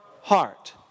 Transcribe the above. heart